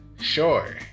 Sure